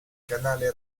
canale